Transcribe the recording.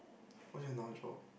what's your